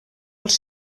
els